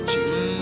Jesus